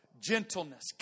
Gentleness